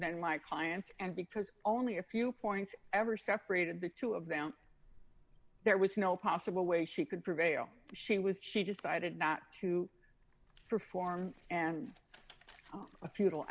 like clients and because only a few points ever separated the two of them there was no possible way she could prevail she was she decided not to perform and a fu